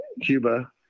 Cuba